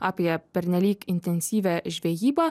apie pernelyg intensyvią žvejybą